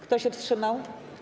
Kto się wstrzymał?